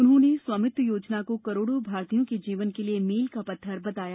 उन्होंने सवामित्व योजना को करोड़ो भारतीयों के जीवन के लिये मील का पत्थर बताया